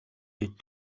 дээд